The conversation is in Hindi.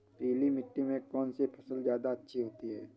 पीली मिट्टी में कौन सी फसल ज्यादा अच्छी होती है?